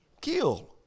kill